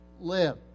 live